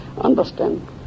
Understand